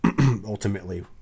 Ultimately